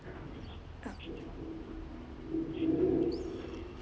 okay